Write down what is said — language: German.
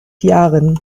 jahren